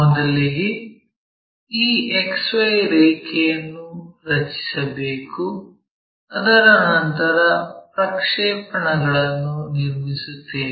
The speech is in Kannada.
ಮೊದಲಿಗೆ ಈ XY ರೇಖೆಯನ್ನು ರಚಿಸಬೇಕು ಅದರ ನಂತರ ಪ್ರಕ್ಷೇಪಣಗಳನ್ನು ನಿರ್ಮಿಸುತ್ತೇವೆ